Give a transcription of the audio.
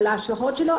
על ההשלכות שלו,